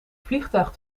vliegtuig